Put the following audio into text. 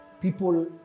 people